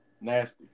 Nasty